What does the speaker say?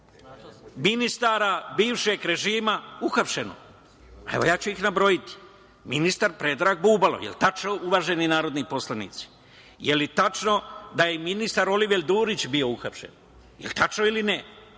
ministara bivšeg režima uhapšeno? Evo, nabrojaću ih: ministar Predrag Bubalo. Je li tačno uvaženi narodni poslanici? Je li tačno da je ministar Oliver Dulić bio uhapšen? Je li tačno ili ne?